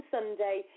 Sunday